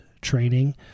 training